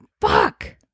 fuck